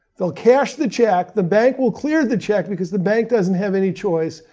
they'll cash the check the bank will clear the check because the bank doesn't have any choice.